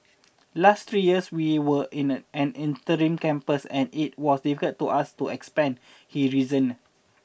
last three years we were in a an interim campus and it was difficult for us to expand he reasoned